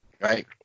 right